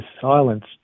silence